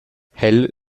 hell